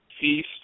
feast